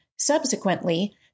Subsequently